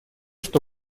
что